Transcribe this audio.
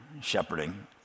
shepherding